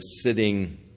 sitting